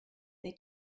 they